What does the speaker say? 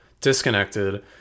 disconnected